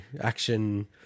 action